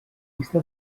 llista